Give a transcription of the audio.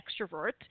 extrovert